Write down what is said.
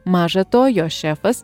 maža to jos šefas